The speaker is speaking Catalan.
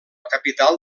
capital